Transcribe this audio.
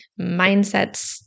mindsets